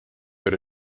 that